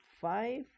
five